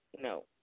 No